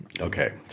Okay